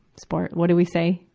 spo, what do we say?